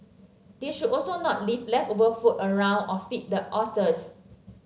they should also not leave leftover food around or feed the otters